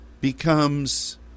becomes